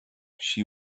she